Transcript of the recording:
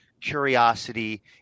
curiosity